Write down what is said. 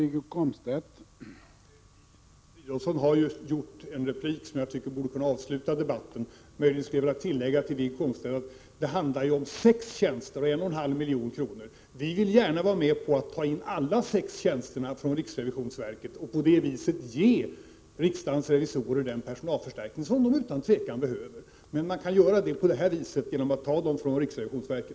Herr talman! Filip Fridolfsson har kommit med en replik som jag tycker borde kunna avsluta debatten. Möjligtvis skulle jag vilja göra följande tillägg till Wiggo Komstedt. Det handlar om sex tjänster och 1 1/2 milj.kr. Vi vill gärna vara med på att 149 ta in alla sex tjänsterna från riksrevisionsverket och på det sättet ge riksdagens revisorer den personalförstärkning som de utan tvivel behöver. Man kan alltså åstadkomma det genom att ta tjänsterna från riksrevisionsverket.